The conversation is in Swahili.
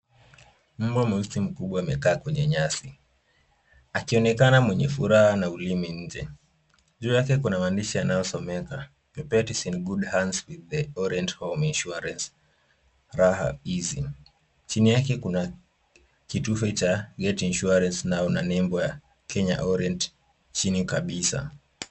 Mbwa mweusi mkubwa amekaa kwenye nyasi, akionekana mwenye furaha na ulimi nje. Juu yake kuna maandishi yanayosomeka the pet is in good hands with the Orient home insurance raha easy .Chini yake kuna kitufe cha get insurance now na nembo ya Kenya Orient chini kabisa.